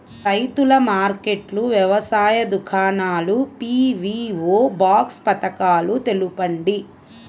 రైతుల మార్కెట్లు, వ్యవసాయ దుకాణాలు, పీ.వీ.ఓ బాక్స్ పథకాలు తెలుపండి?